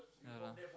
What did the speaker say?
ya lah